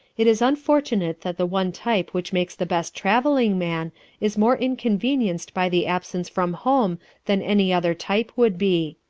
it is unfortunate that the one type which makes the best travelling man is more inconvenienced by the absence from home than any other type would be.